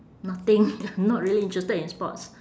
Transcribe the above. nothing I'm not really interested in sports